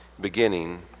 beginning